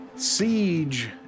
Siege